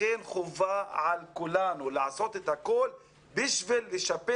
לכן חובה על כולנו לעשות הכול בשביל לשפר